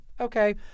okay